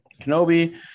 Kenobi